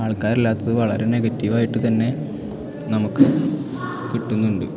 ആള്ക്കാരില്ലാത്തത് വളരെ നെഗറ്റീവായിട്ട് തന്നെ നമുക്ക് കിട്ടുന്നുണ്ട്